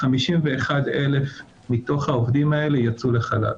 51,000 מתוך העובדים האלה יצאו לחל"ת.